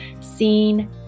seen